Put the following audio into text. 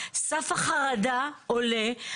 סף החרדה עולה.